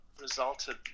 resulted